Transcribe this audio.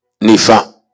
Nifa